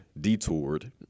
detoured